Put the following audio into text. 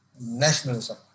nationalism